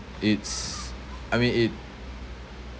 it's I mean it